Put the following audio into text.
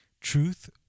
truth